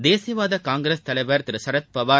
தேசியவாத காங்கிரஸ் தலைவர் திரு சரத்பவார்